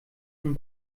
von